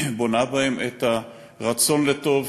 את הרצון לטוב,